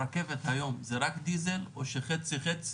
הרכבת היום זה רק דיזל או שחצי-חצי?